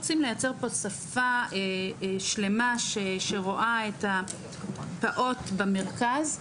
רוצים לייצר פה שפה שלמה שרואה את הפעוט במרכז.